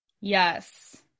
Yes